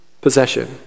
possession